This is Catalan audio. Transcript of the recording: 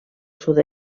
sud